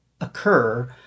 occur